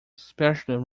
especially